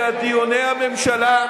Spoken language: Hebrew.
ואת דיוני הממשלה,